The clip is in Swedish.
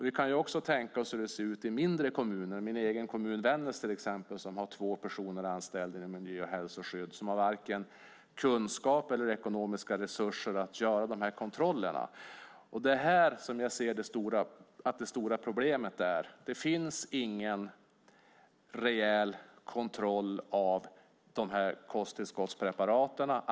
Vi kan tänka oss hur det ser ut i mindre kommuner. I min egen hemkommun Vännäs till exempel är det två personer anställda inom miljö och hälsoskydd. De har varken kunskaper eller ekonomiska resurser att göra dessa kontroller. Det är här som jag ser att det stora problemet är. Det finns ingen rejäl kontroll av kosttillskottspreparaten.